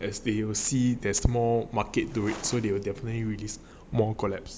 as they will see there's more market to it so they will definitely released more collab